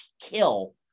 kill